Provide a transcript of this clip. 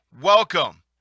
Welcome